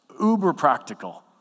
uber-practical